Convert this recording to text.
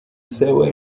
sawa